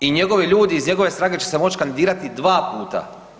I njegovi ljudi iz njegove stranke će se moći kandidirati 2 puta.